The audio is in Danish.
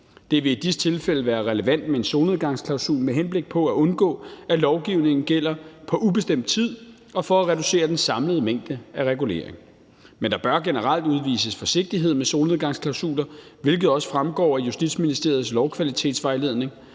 Det vil i disse tilfælde være relevant med en solnedgangsklausul med henblik på at undgå, at lovgivningen gælder på ubestemt tid, og for at reducere den samlede mængde af reguleringer. Men der bør generelt udvises forsigtighed med solnedgangsklausuler, hvilket også fremgår af Justitsministeriets lovkvalitetsvejledning,